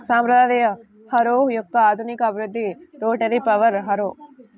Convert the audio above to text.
సాంప్రదాయ హారో యొక్క ఆధునిక అభివృద్ధి రోటరీ పవర్ హారో